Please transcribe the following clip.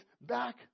back